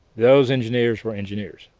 those engineers were engineers.